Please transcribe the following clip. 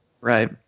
Right